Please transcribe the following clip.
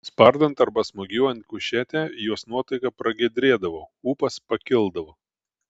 spardant arba smūgiuojant kušetę jos nuotaika pragiedrėdavo ūpas pakildavo